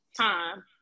time